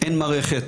אין מערכת,